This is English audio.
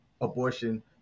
abortion